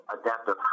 adaptive